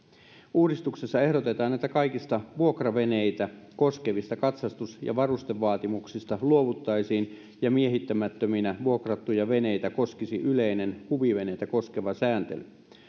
uudistuksessa ehdotetaan että kaikista vuokraveneitä koskevista katsastus ja varustevaatimuksista luovuttaisiin ja miehittämättöminä vuokrattuja veneitä koskisi yleinen huviveneitä koskeva sääntely